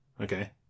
Okay